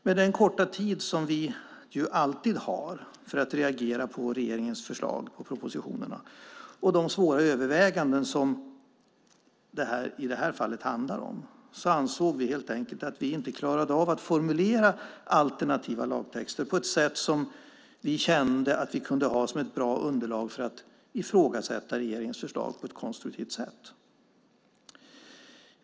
Med den korta tid som vi alltid har för att reagera på regeringens förslag och propositioner och de svåra överväganden som det i det här fallet handlar om ansåg vi oss inte kunna klara av att formulera alternativa lagtexter på ett sätt som vi kände skulle bli ett bra underlag för att ifrågasätta regeringens förslag på ett konstruktivt sätt.